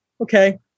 Okay